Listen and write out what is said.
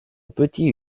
petit